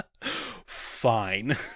Fine